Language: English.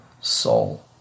soul